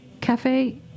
Cafe